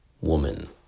woman